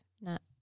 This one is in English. not-